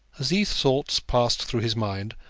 as these thoughts passed through his mind,